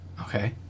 Okay